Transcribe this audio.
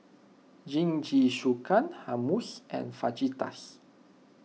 Jingisukan Hummus and Fajitas